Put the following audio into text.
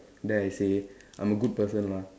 dare I say I'm a good person lah